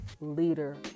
leader